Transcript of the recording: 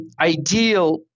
ideal